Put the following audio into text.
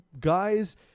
guys